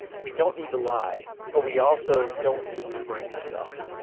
we don't need to lie, but we also don't need to bring this up.